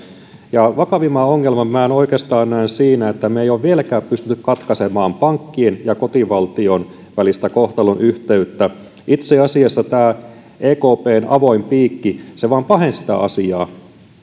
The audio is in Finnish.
vakavimman ongelman minä oikeastaan näen siinä että me emme ole vieläkään pystyneet katkaisemaan pankkien ja kotivaltion välistä kohtalonyhteyttä itse asiassa tämä ekpn avoin piikki vaan pahensi asiaa